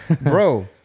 bro